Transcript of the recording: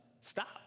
stop